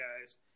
guys